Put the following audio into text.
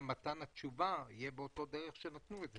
מתן התשובה יהיה באותה דרך שפנו בה.